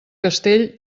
castell